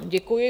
Děkuji.